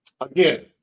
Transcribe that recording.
Again